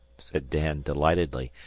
said dan, delightedly,